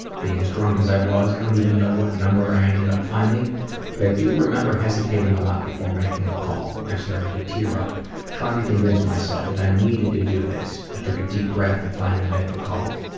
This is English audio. being as drunk as i was i don't even know what number i ended up finding but i do remember hesitating a lot before making the call. i started to tear up trying to convince myself that i needed to do this. i took a deep breath and finally made the call.